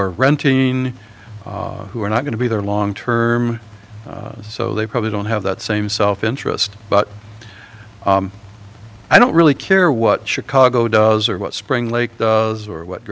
are renting who are not going to be there long term so they probably don't have that same self interest but i don't really care what chicago does or what spring lake or what